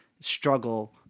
struggle